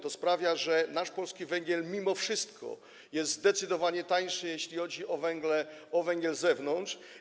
To sprawia, że nasz polski węgiel mimo wszystko jest zdecydowanie tańszy, jeśli chodzi o węgiel z zewnątrz.